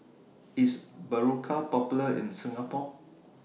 IS Berocca Popular in Singapore